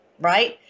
right